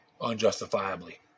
unjustifiably